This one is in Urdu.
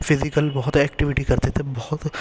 فزیکل بہت ایکٹیویٹی کرتے تھے بہت